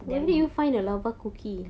damn good